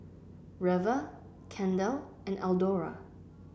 Reva Kendal and Eldora